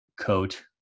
coat